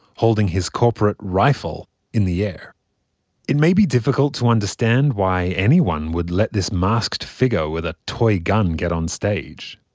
holding his corporate rifle in the air it may be difficult to understand why anyone would let this masked figure with a toy gun get on stage.